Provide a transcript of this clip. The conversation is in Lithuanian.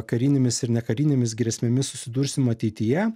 karinėmis ir nekarinėmis grėsmėmis susidursim ateityje